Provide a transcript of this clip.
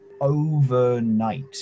Overnight